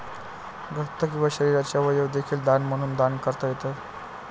रक्त किंवा शरीराचे अवयव देखील दान म्हणून दान करता येतात